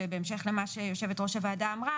ובהמשך למה שיושבת-ראש הוועדה אמרה,